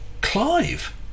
Clive